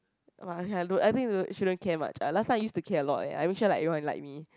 my I have look I think to shouldn't care much I last time used to care a lot eh I make sure like everyone like me